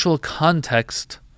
context